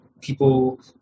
people